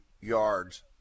yards